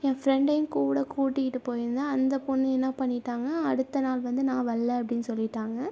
என் ஃப்ரெண்டையும் கூட கூட்டிக்கிட்டு போயிருந்தேன் அந்த பொண்ணு என்ன பண்ணிவிட்டாங்க அடுத்த நாள் வந்து நான் வரல அப்படின்னு சொல்லிவிட்டாங்க